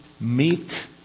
meet